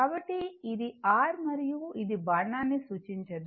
కాబట్టి ఇది R మరియు ఇది బాణాన్ని సూచించదు